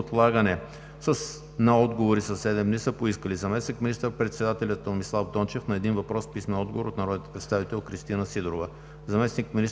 отлагане на отговори със седем дни са поискали: